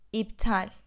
iptal